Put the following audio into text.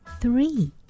three